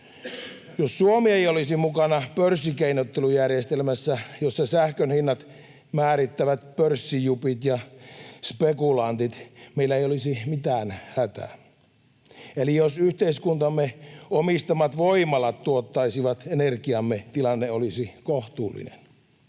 Jos Suomi ei olisi mukana pörssikeinottelujärjestelmässä, jossa pörssijupit ja spekulantit määrittävät sähkön hinnat, meillä ei olisi mitään hätää, eli jos yhteiskuntamme omistamat voimalat tuottaisivat energiamme, tilanne olisi kohtuullinen.